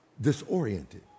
disoriented